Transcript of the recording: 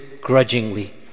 grudgingly